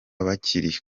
bakiri